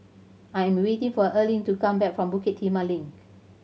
I'm waiting for Erling to come back from Bukit Timah Link